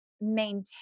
Maintain